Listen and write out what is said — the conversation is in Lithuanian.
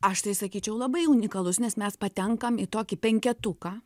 aš tai sakyčiau labai unikalus nes mes patenkam į tokį penketuką